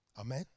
Amen